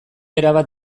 erabat